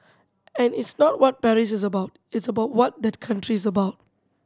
and it's not what Paris is about it's about what that country is about